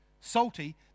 salty